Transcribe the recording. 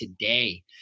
today